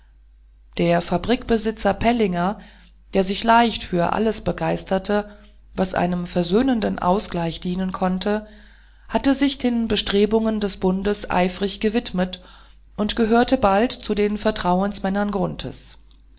der fabrikbesitzer pellinger der sich leicht für alles begeisterte was einem versöhnenden ausgleich dienen konnte hatte sich den bestrebungen des bundes eifrig gewidmet und gehörte bald zu den vertrauensmännern